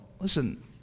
listen